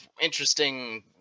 interesting